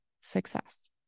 success